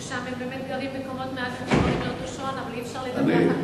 שם הם באמת גרים בקומות מעל, אבל אי-אפשר לדווח.